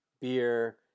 beer